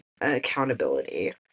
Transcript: accountability